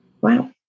wow